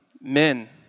Men